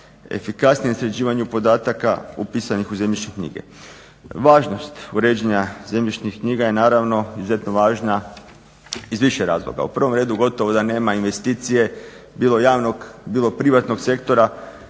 efikasnijem sređivanju podataka upisanih u zemljišne knjige. Važnost uređenja zemljišnih knjiga je izuzetno važna iz više razloga. U prvom redu gotovo da nema investicije bilo javnog bilo privatnog sektora